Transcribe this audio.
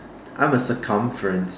I'm a circumference